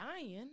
dying